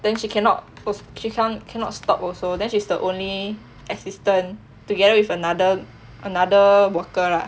then she cannot she cannot stop also then she's the only assistant together with another another worker lah